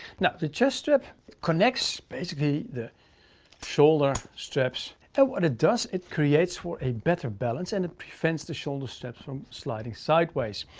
now the chest strap connects basically the shoulder straps and what it does, it creates for a better balance. and it prevents the shoulder straps from sliding sideways.